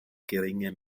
geringe